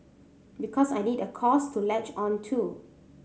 because I need a cause to latch on to